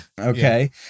Okay